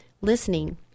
listening